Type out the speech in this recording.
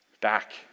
back